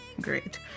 Great